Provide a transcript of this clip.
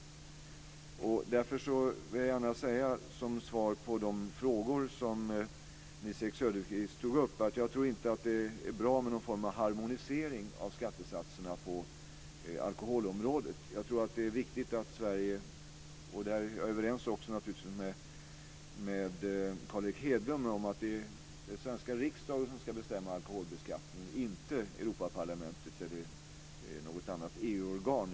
Som svar på de frågor som Nils-Erik Söderqvist tog upp vill jag gärna säga att jag inte tror att det är bra med någon form av harmonisering av skattesatserna på alkoholområdet. Jag är naturligtvis också överens med Carl Erik Hedlund om att det är den svenska riksdagen som ska bestämma alkoholbeskattningen och inte Europaparlamentet eller något annat EU-organ.